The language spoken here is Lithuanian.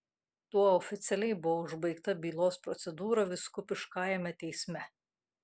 tuo oficialiai buvo užbaigta bylos procedūra vyskupiškajame teisme